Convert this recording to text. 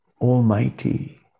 almighty